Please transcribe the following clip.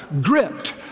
gripped